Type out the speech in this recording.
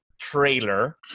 Trailer